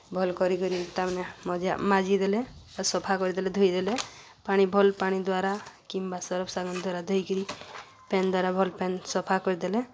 ଭଲ୍ କରିିକରି ତା'ମାନେ ମଜାମାଜିି ଦେଲେ ଆଉ ସଫା କରିଦେଲେ ଧୋଇଦେଲେ ପାଣି ଭଲ୍ ପାଣି ଦ୍ୱାରା କିମ୍ବା ସରଫ୍ସାଗୁନ୍ ଦ୍ୱାରା ଧୋଇକିରି ପାଏନ୍ ଦ୍ୱାରା ଭଲ୍ ପାଏନ୍ ସଫା କରିଦେଲେ